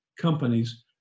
companies